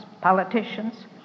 politicians